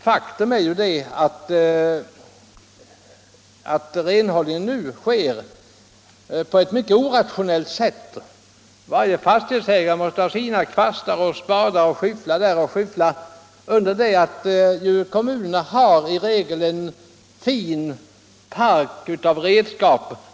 Faktum är att renhållningen nu sker på ett mycket orationellt sätt. Varje fastighetsägare måste ha sina kvastar, spadar och skyfflar under det att kommunerna i regel har en fin park av redskap.